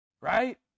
Right